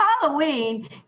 Halloween